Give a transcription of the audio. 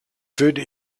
würde